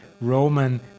Roman